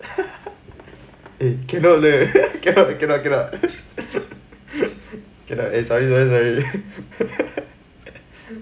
eh cannot leh cannot cannot cannot cannot eh sorry sorry